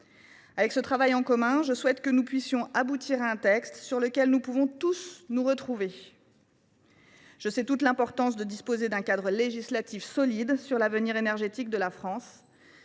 à ce travail en commun, je souhaite que nous aboutissions à un texte sur lequel nous pourrions tous nous retrouver. Je mesure toute l’importance de disposer d’un cadre législatif solide sur l’avenir énergétique de la France